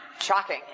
shocking